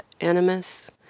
animus